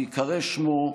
בהיקרא שמו,